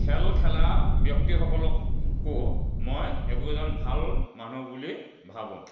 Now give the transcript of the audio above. খেল খেলা ব্যক্তিসকলকো মই একো একোজন ভাল মানুহ বুলি ভাবোঁ